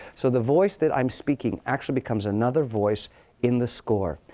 so the voice that i'm speaking actually becomes another voice in the score.